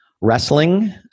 wrestling